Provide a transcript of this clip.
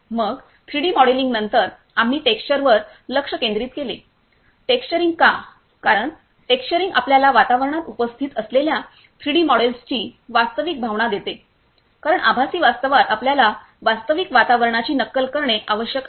मग थ्रीडी मॉडेलिंगनंतर आम्ही टेक्सचरवर लक्ष केंद्रित केले टेक्स्चरिंग का कारण टेक्स्चरिंग आपल्याला वातावरणात उपस्थित असलेल्या 3 डी मॉडेल्सची वास्तविक भावना देते कारण आभासी वास्तवात आपल्याला वास्तविक वातावरणाची नक्कल करणे आवश्यक आहे